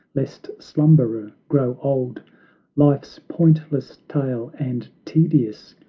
lest slumberer grow old life's pointless tale and tedious,